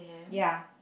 ya